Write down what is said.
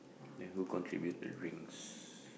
then who contribute the rings